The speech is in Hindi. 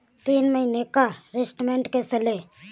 तीन महीने का स्टेटमेंट कैसे लें?